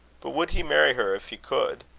but would he marry her if he could?